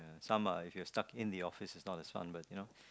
and some are if you're stuck in the office it's not as fun but you know